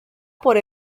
por